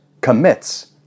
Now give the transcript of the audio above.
commits